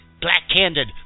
black-handed